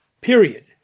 Period